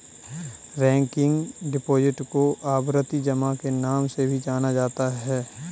recurring deposit को आवर्ती जमा के नाम से भी जाना जाता है